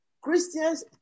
Christians